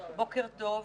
בוקר טוב.